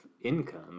income